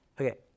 Okay